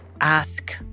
ask